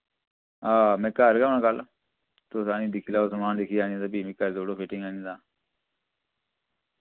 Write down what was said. हां मैं घर गै होना कल तुस आह्नियै दिक्खी लाओ समान जेह्की आनी ते फिर मिकी करी देऊड़ो फिटिंग आह्नियै तां